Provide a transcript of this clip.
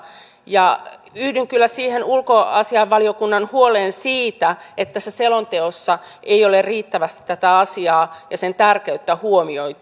ja yhdyn kyllä siihen ulkoasiainvaliokunnan huoleen siitä että tässä selonteossa ei ole riittävästi tätä asiaa ja sen tärkeyttä huomioitu